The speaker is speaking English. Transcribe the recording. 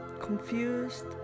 confused